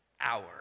hour